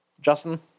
Justin